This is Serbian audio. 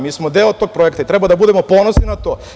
Mi smo deo tog projekta i treba da budemo ponosni na to.